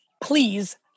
Please